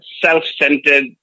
self-centered